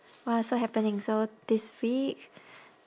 !wah! so happening so this week